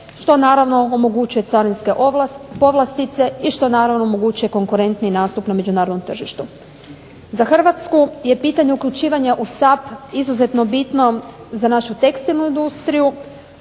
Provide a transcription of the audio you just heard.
to naravno omogućuje carinske povlastice i to naravno omogućuje konkurentniji nastup na međunarodnom tržištu. Za Hrvatsku je pitanje uključivanja u SAP je izuzetno bitno za našu tekstilnu industriju